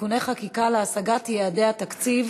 (תיקוני חקיקה להשגת יעדי התקציב